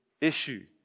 issue